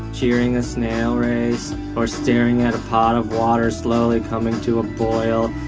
cheering a snail race or staring at a pot of water slowly coming to a boil,